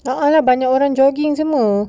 ada banyak orang jogging semua